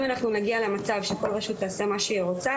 אם אנחנו נגיע למצב שכל רשות תעשה מה שהיא רוצה,